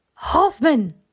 Hoffman